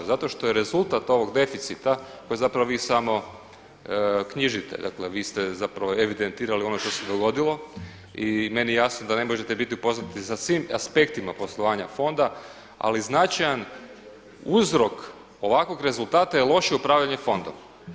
Zato što je rezultat ovog deficita kojeg zapravo vi samo knjižite, dakle vi ste zapravo evidentirali ono što se dogodilo i meni je jasno da ne možete biti upoznati sa svim aspektima poslovanja fonda ali značajan uzrok ovakvog rezultata je loše upravljanje fondom.